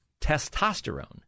testosterone